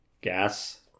gas